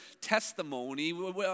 testimony